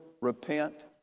repent